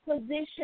position